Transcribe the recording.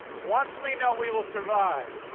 once we know we will survive,